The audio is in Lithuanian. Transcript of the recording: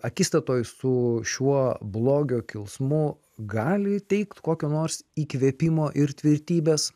akistatoj su šiuo blogio kilsmu gali teikt kokio nors įkvėpimo ir tvirtybės